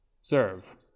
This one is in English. serve